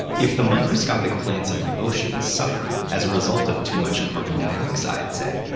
if the microscopic plants of the ocean suffer as a result of too much carbon dioxide, say,